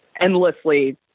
endlessly